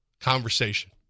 conversation